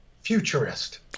futurist